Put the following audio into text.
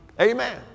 Amen